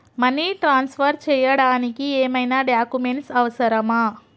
Money transfer చేయడానికి ఏమైనా documents అవసరమా?